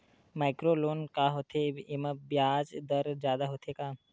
Micro loan का होथे येमा ब्याज दर जादा होथे का?